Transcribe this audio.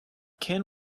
can